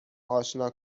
آشنا